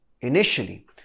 initially